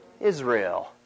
Israel